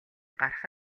гарах